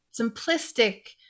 simplistic